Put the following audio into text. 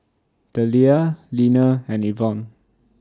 Deliah Leaner and Ivonne